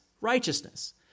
righteousness